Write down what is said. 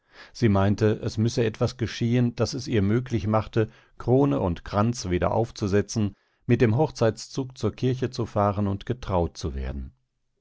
sie meinte es müsse etwas geschehen das es ihr möglich machte krone und kranz wieder aufzusetzen mit dem hochzeitszug zur kirche zu fahren und getraut zu werden